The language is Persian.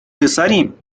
پسریم